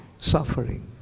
suffering